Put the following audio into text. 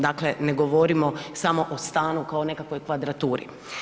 Dakle, ne govorimo samo o stanu kao nekakvoj kvadraturi.